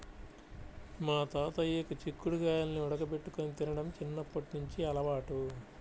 మా తాతయ్యకి చిక్కుడు గాయాల్ని ఉడకబెట్టుకొని తినడం చిన్నప్పట్నుంచి అలవాటు